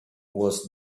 was